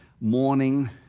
morning